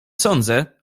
sądzę